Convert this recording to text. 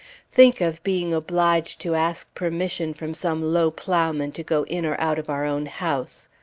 think of being obliged to ask permission from some low plowman to go in or out of our own house!